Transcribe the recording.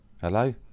Hello